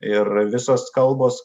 ir visos kalbos